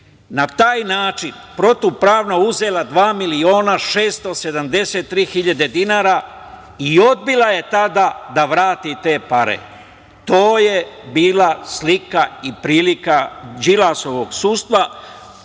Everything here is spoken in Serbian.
na taj način protivpravno uzela 2.673.000 dinara i odbila je tada da vrati te pare. To je bila slika i prilika Đilasovog sudstva,